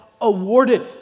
awarded